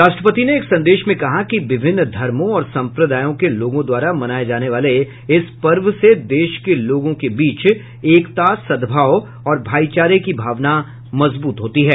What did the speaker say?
राष्ट्रपति ने एक संदेश में कहा कि विभिन्न धर्मों और संप्रदायों के लोगों द्वारा मनाए जाने वाले इस पर्व से देश के लोगों के बीच एकता सद्भाव और भाईचारे की भावना मजबूत होती है